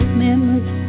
memories